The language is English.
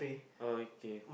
okay